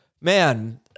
Man